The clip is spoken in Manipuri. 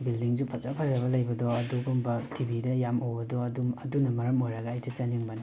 ꯕꯤꯜꯗꯤꯡꯁꯨ ꯐꯖ ꯐꯖꯕ ꯂꯩꯕꯗꯣ ꯑꯗꯨꯒꯨꯝꯕ ꯇꯤ ꯚꯤ ꯗ ꯌꯥꯝ ꯎꯕꯗꯣ ꯑꯗꯨꯝ ꯑꯗꯨꯅ ꯃꯔꯝ ꯑꯣꯏꯔꯒ ꯑꯩ ꯆꯠꯆꯅꯤꯡꯕꯅꯤ